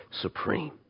supreme